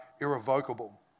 irrevocable